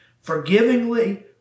forgivingly